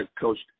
coached